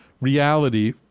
reality